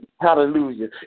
Hallelujah